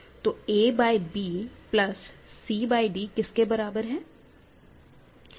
तो a by b plus c by d किस के बराबर है